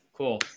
Cool